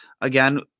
Again